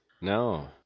no